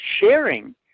sharing